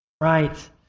Right